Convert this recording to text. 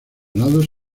lados